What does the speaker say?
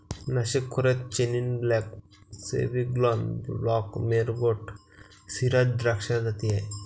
नाशिक खोऱ्यात chenin blanc, sauvignon blanc, merlot, shiraz द्राक्षाच्या जाती आहेत